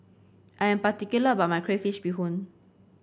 I am particular about my Crayfish Beehoon